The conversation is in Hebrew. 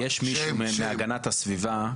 יש מישהו מהמשרד להגנת הסביבה.